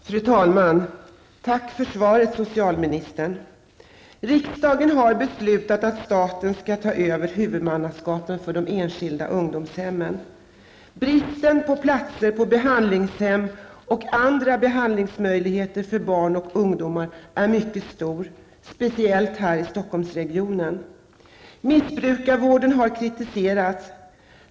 Fru talman! Tack för svaret, socialministern! Riksdagen har beslutat att staten skall ta över huvudmannaskapet för de enskilda ungdomshemmen. Bristen på platser på behandlingshem och andra behandlingsmöjligheter för barn och ungdomar är mycket stor, speciellt här i Stockholmsregionen. Missbrukarvården har kritiserats.